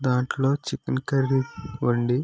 దాంట్లో chicken curry వండి